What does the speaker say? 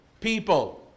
people